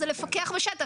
זה לפקח בשטח.